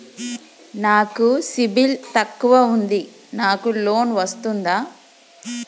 నాకు సిబిల్ తక్కువ ఉంది నాకు లోన్ వస్తుందా?